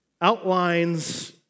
outlines